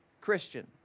Christian